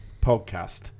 podcast